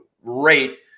rate